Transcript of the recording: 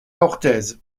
orthez